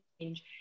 change